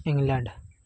England